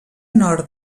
nord